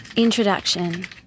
Introduction